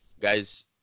guys